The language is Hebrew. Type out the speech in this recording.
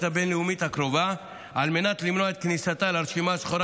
הבין-לאומית הקרובה על מנת למנוע את כניסתה לרשימה השחורה